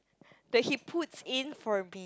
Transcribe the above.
that he puts in for me